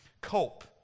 cope